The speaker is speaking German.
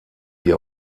die